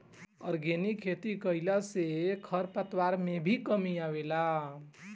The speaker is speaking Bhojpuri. आर्गेनिक विधि से खेती कईला से खरपतवार में भी कमी आवेला